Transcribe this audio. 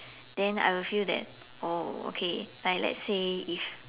then I will feel that oh okay like let's say if